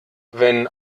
wenn